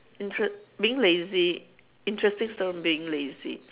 intere~ being lazy interesting story being lazy